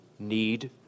need